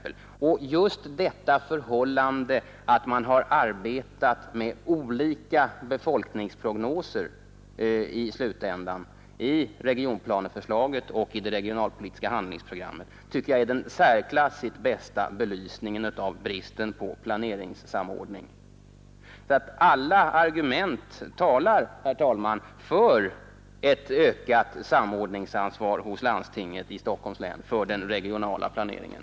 Just det förhållandet att man har arbetat med olika befolkningsprognoser i slutändan, i regionplaneförslaget och i det regionalpolitiska handlingsprogrammet, tycker jag är den särklassigt bästa belysningen av bristen på planeringssamordning. Alla argument talar, herr talman, för ett ökat samordningsansvar hos landstinget i Stockholms län beträffande den regionala planeringen.